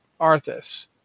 Arthas